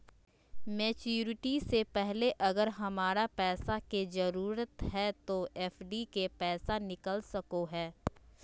Maturity से पहले अगर हमरा पैसा के जरूरत है तो एफडी के पैसा निकल सको है?